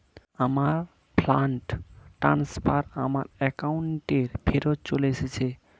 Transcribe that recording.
আমার fund transfer আমার অ্যাকাউন্টেই ফেরত চলে এসেছে